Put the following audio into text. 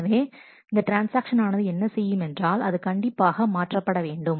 எனவே இந்த ட்ரான்ஸ்ஆக்ஷன் ஆனது என்ன செய்யும் என்றால் அது கண்டிப்பாக மாற்றப்பட வேண்டும்